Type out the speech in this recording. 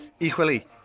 Equally